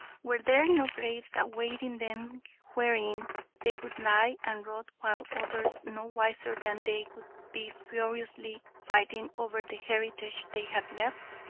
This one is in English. were there no graves awaiting them wherein they would lie and rot while others no wiser than they would be furiously fighting over the heritage they had left?